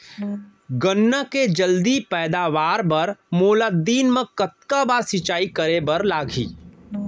गन्ना के जलदी पैदावार बर, मोला दिन मा कतका बार सिंचाई करे बर लागही?